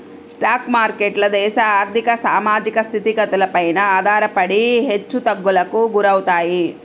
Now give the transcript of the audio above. stock మార్కెట్లు దేశ ఆర్ధిక, సామాజిక స్థితిగతులపైన ఆధారపడి హెచ్చుతగ్గులకు గురవుతాయి